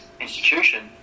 institution